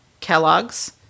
Kellogg's